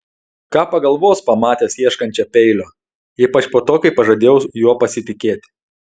ką pagalvos pamatęs ieškančią peilio ypač po to kai pažadėjau juo pasitikėti